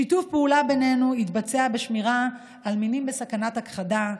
שיתוף הפעולה בינינו יתבצע בשמירה על מינים בסכנת הכחדה,